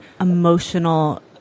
emotional